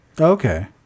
okay